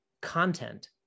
content